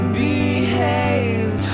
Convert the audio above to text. behave